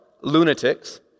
Lunatics